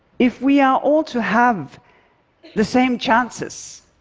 if we are all to have the same chances,